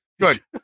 Good